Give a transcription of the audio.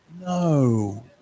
No